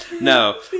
No